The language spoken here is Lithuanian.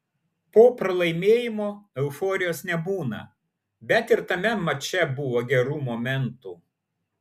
po pralaimėjimo euforijos nebūna bet ir tame mače buvo gerų momentų